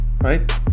right